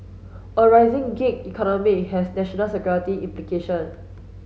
a rising gig economy has national security implication